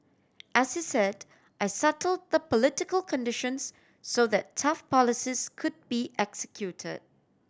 as he said I settle the political conditions so that tough policies could be execute